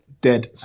Dead